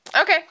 Okay